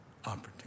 opportunity